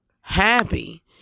happy